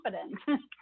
confident